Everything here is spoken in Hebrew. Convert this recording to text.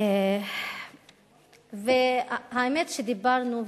האמת שדיברנו,